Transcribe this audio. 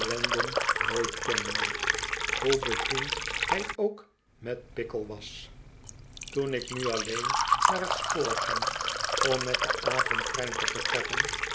nooit kende hoe bevriend hij ook met pickle was nachtelijke wa ndelingen toen ik nu alleen naar t spoor ging om met den avondtrein te vertrekken